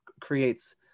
creates